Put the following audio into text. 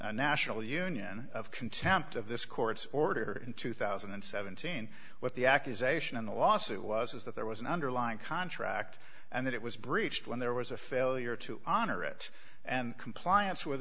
magna national union of contempt of this court's order in two thousand and seventeen what the accusation in the lawsuit was is that there was an underlying contract and that it was breached when there was a failure to honor it and compliance with